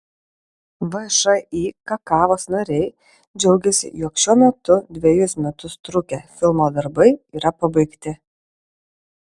všį kakavos nariai džiaugiasi jog šiuo metu dvejus metus trukę filmo darbai yra pabaigti